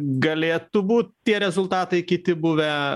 galėtų būt tie rezultatai kiti buvę